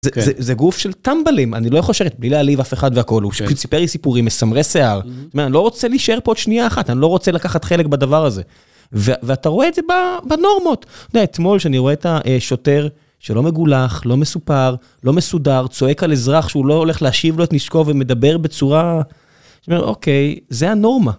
זה גוף של טמבלים, אני לא יכול ל... בלי להעליב אף אחד והכול, הוא פשוט סיפר לי סיפורים, מסמרי שיער. זאת אומרת, אני לא רוצה להישאר פה עוד שנייה אחת, אני לא רוצה לקחת חלק בדבר הזה. ואתה רואה את זה בנורמות. אתה יודע, אתמול כשאני רואה את השוטר שלא מגולח, לא מסופר, לא מסודר, צועק על אזרח שהוא לא הולך להשיב לו את נשקו ומדבר בצורה... אוקיי, זו הנורמה.